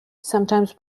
sometimes